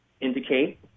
indicate